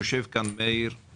יושב כאן מאיר שפיגלר,